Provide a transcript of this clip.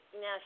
now